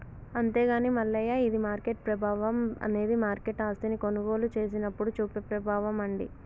అంతేగాని మల్లయ్య ఇది మార్కెట్ ప్రభావం అనేది మార్కెట్ ఆస్తిని కొనుగోలు చేసినప్పుడు చూపే ప్రభావం అండి